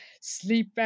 sleep